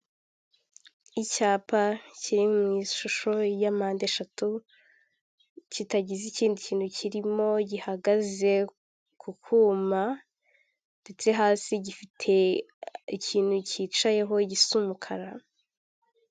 Utubati twiza dushyashya bari gusiga amarangi ukaba wadukoresha ubikamo ibintu yaba imyenda, ndetse n'imitako.